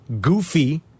goofy